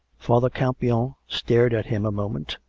father campion stared at him a moment,